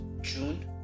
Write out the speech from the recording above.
June